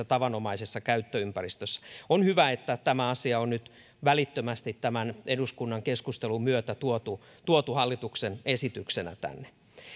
tavanomaisessa käyttöympäristössä on hyvä että tämä asia on nyt välittömästi tämän eduskunnan keskustelun myötä tuotu tuotu hallituksen esityksenä tänne